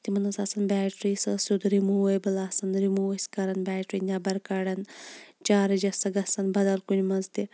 تِمَن ٲسۍ آسان بیٹری سۄ ٲسۍ سیٚود رِموٗویبل آسان رِموٗ ٲسۍ کَران بیٹری نیٚبَر کَڈن چارٕج ٲسۍ سۄ گَژھان بَدَل کُنہِ مَنٛز تہِ